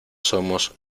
somos